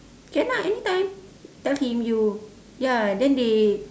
can ah anytime tell him you ya then they